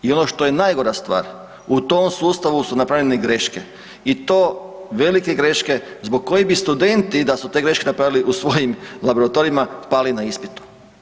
I ono što je najgora stvar, u tom sustavu su napravljene greške i to velike greške zbog kojih bi studenti da su te greške napravili u svojim laboratorijima pali na ispitu.